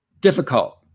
difficult